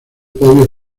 podio